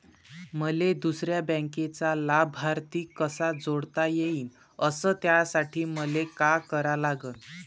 मले दुसऱ्या बँकेचा लाभार्थी कसा जोडता येईन, अस त्यासाठी मले का करा लागन?